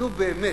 נו, באמת,